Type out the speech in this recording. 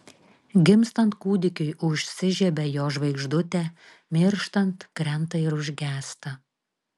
gimstant kūdikiui užsižiebia jo žvaigždutė mirštant krenta ir užgęsta